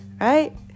right